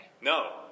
No